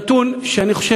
נתון שאני הולך לומר,